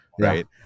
right